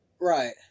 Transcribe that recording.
Right